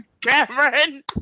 Cameron